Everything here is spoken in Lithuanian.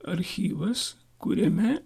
archyvas kuriame